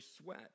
sweat